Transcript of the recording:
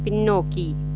பின்னோக்கி